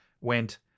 went